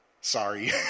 Sorry